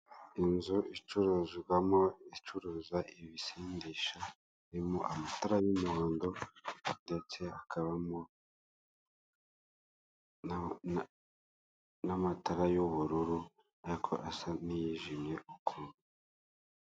Inzu icururizwamo, icuruza ibisindisha, irimo amatara y'umuhondo ndetse hakabamo n'amatara y'ubururu ariko asa nayijimye ukuntu.